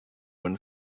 when